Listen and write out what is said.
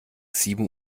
sieben